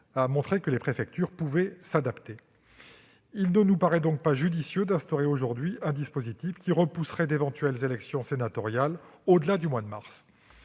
a montré que les préfectures pouvaient s'adapter. Il ne nous paraît donc pas judicieux d'instaurer aujourd'hui un dispositif qui repousserait d'éventuelles élections sénatoriales partielles au-delà du mois de mars.